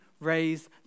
Raise